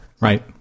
Right